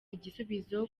igisubizo